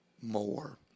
more